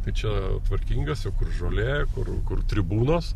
ta čia tvarkingas jau kur žolė kur kur tribūnos